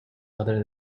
other